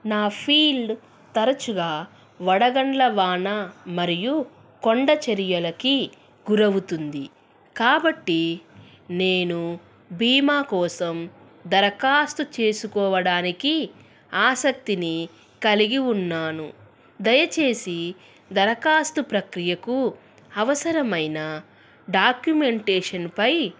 నా ఫీల్డ్ తరచుగా వడగండ్ల వాన మరియు కొండచరియలకి గురవుతుంది కాబట్టి నేను బీమా కోసం దరఖాస్తు చేసుకోవడానికి ఆసక్తిని కలిగి ఉన్నాను దయచేసి దరఖాస్తు ప్రక్రియకు అవసరమైన డాక్యుమెంటేషన్ పై